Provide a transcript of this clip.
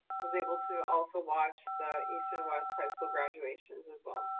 was able to also watch the east and west high school graduations as well.